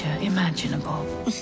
imaginable